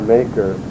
Maker